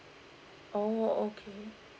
oh okay